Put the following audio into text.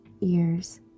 ears